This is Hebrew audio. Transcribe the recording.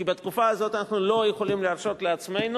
כי בתקופה הזאת אנחנו לא יכולים להרשות לעצמנו